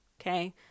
Okay